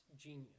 genius